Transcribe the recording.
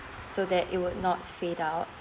so that it would not fade out